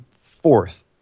fourth